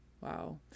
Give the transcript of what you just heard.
Wow